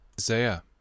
isaiah